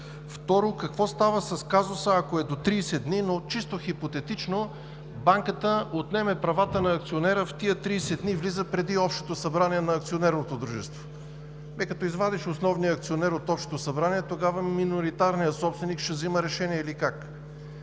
Второ, какво става с казуса, ако е до 30 дни, но чисто хипотетично банката отнеме правата на акционера? Тези 30 дни влизат преди общото събрание на акционерното дружество. Като извадиш основния акционер от Общото събрание, тогава миноритарният собственик ще взема решения или как?